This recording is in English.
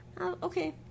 Okay